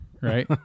Right